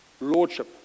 lordship